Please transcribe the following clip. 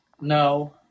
No